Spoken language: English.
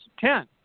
ten